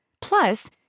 Plus